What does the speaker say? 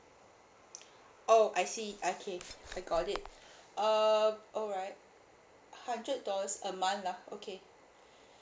oh I see okay I got it um alright hundred dollars a month lah okay